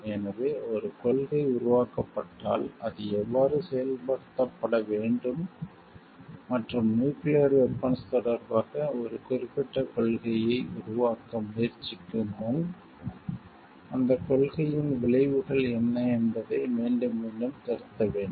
எனவே ஒரு கொள்கை உருவாக்கப்பட்டால் அது எவ்வாறு செயல்படுத்தப்பட வேண்டும் மற்றும் நியூக்கிளியர் வெபன்ஸ் தொடர்பாக ஒரு குறிப்பிட்ட கொள்கையை உருவாக்க முயற்சிக்கும் முன் அந்தக் கொள்கையின் விளைவுகள் என்ன என்பதை மீண்டும் மீண்டும் திருத்த வேண்டும்